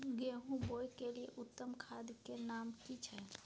गेहूं बोअ के लिये उत्तम खाद के नाम की छै?